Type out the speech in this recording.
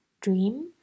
Dream